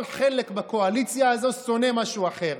כל חלק בקואליציה הזאת שונא משהו אחר.